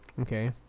Okay